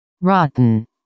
Rotten